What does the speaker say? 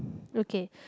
okay